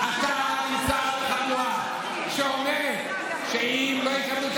אתה נמצא בחבורה שאומרת שאם לא יקבלו את